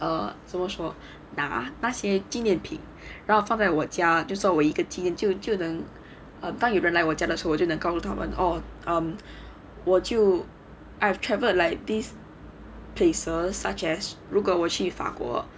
err 怎么说拿那些纪念品然后放在我家就作为一个纪念就能 err 当有人来我家的时候我就能告诉他们 oh um 我就 I have travelled like this places such as 如果我去法国